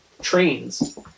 trains